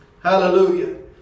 Hallelujah